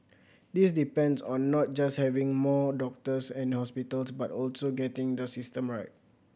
this depends on not just having more doctors and hospitals but also getting the system right